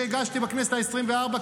שהגשתי בכנסת העשרים-וארבע,